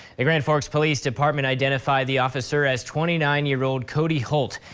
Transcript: the grand forks police department identified the officer as twenty nine year old cody holte.